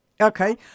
Okay